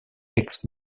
aix